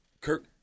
Kirk